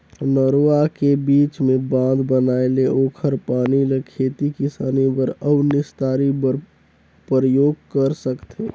नरूवा के बीच मे बांध बनाये ले ओखर पानी ल खेती किसानी बर अउ निस्तारी बर परयोग कर सकथें